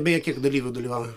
o beje kiek dalyvių dalyvauja